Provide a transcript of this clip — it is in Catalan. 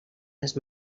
les